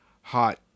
hot